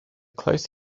closer